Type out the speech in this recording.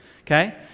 okay